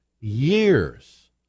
years